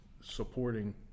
supporting